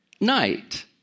night